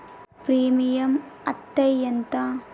Premium అత్తే ఎంత?